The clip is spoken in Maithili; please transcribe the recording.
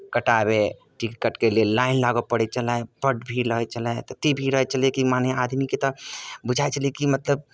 कटाबय टिकटके लेल लाइन लागय पड़ैत छलै बड्ड भीड़ रहै छलै ततेक भीड़ रहै छलै कि माने आदमीकेँ तऽ बुझाइ छलै कि मतलब